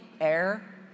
air